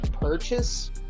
purchase